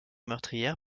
meurtrière